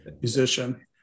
musician